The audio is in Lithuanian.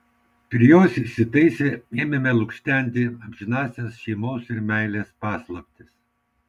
prie jos įsitaisę ėmėme lukštenti amžinąsias šeimos ir meilės paslaptis